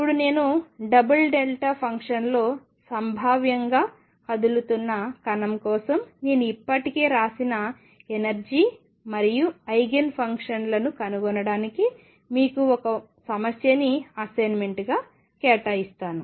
ఇప్పుడు నేను double delta ఫంక్షన్లో సంభావ్యంగా కదులుతున్న కణం కోసం నేను ఇప్పటికే వ్రాసిన ఎనర్జీ మరియు ఐగెన్ ఫంక్షన్లను కనుగొనడానికి మీకు ఒక సమస్యని అసైన్మెంట్ గా కేటాయిస్తాను